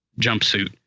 jumpsuit